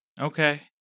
okay